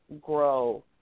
grow